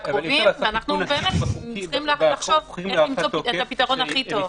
אנחנו צריכים לחשוב איך למצוא את הפתרון הכי טוב.